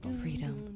freedom